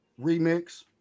remix